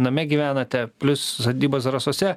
name gyvenate plius sodyba zarasuose